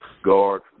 guard